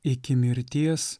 iki mirties